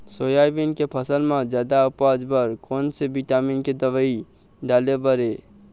Soybean के फसल म जादा उपज बर कोन से विटामिन के दवई डाले बर ये?